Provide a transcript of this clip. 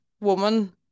woman